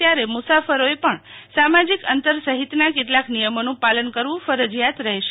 ત્યારે મુસાફરોએ પણ સામાજિક અંતર સહિતના કેટલાક નિયમોન પાલન કરવું ફરજિયાત રહેશે